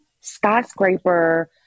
skyscraper